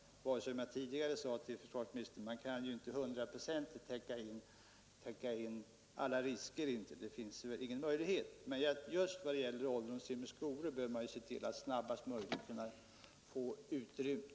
Som jag tidigare sade till försvarsministern kan man inte hundraprocentigt täcka in alla risker. Just ålderdomshem och skolor bör man dock snarast möjligt få utrymda.